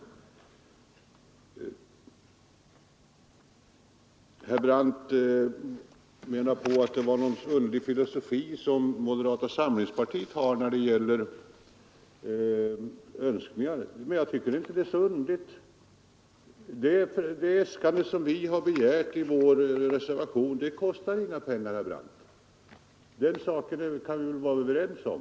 Herr Brandt menar att moderata samlingspartiet har en skum filosofi när det gäller önskningar. Jag tycker inte att det är så underligt. De äskanden som vi gjort i vår reservation kostar inga pengar, herr Brandt. Den saken kan vi väl vara överens om.